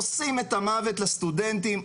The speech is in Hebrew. עושים את המוות לסטודנטים,